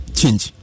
change